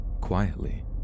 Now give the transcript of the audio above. quietly